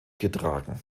getragen